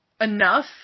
enough